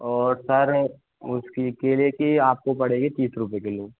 और सर उसकी केले की आपको पड़ेगी तीस रुपए किलो